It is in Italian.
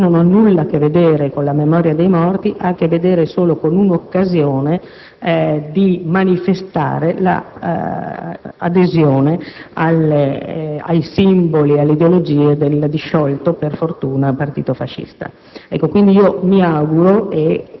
- ripeto - non ha nulla a che vedere con la memoria dei morti, ma ha a che vedere solo con una occasione di manifestare l'adesione ai simboli, alle ideologie del disciolto, per fortuna, Partito fascista.